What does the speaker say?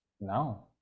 No